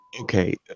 okay